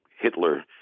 Hitler